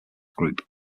group